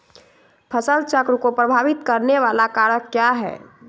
फसल चक्र को प्रभावित करने वाले कारक क्या है?